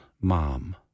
mom